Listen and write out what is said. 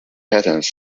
patterns